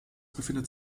befindet